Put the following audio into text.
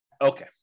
Okay